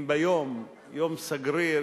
אם ביום סגריר,